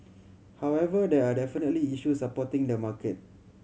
however there are definitely issues supporting the market